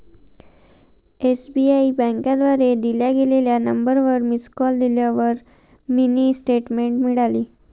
SBI बँकेद्वारे दिल्या गेलेल्या नंबरवर मिस कॉल दिल्यावर मिनी स्टेटमेंट मिळाली